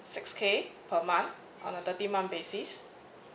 six K per month on a thirty month basis